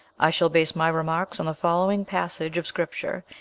i shall base my remarks on the following passage of scripture,